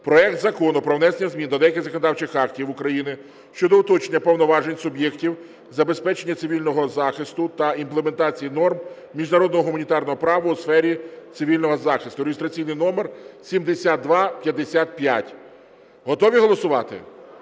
проект Закону про внесення змін до деяких законодавчих актів України щодо уточнення повноважень суб'єктів забезпечення цивільного захисту та імплементації норм міжнародного гуманітарного права у сфері цивільного захисту (реєстраційний номер 7255). Готові голосувати?